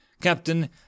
Captain